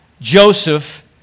Joseph